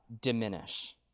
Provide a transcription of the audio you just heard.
diminish